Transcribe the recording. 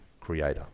creator